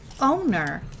owner